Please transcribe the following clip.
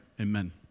Amen